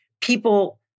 people